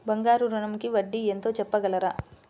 బంగారు ఋణంకి వడ్డీ ఎంతో చెప్పగలరా?